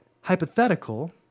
hypothetical